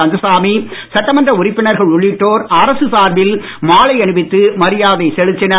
கந்தசாமி சட்டமன்ற உறுப்பினர்கள் உள்ளிட்டோர் அரசு சார்பில் மாலை அணிவித்து மரியாதை செலுத்தினர்